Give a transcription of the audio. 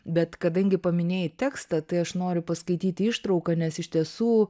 bet kadangi paminėjai tekstą tai aš noriu paskaityti ištrauką nes iš tiesų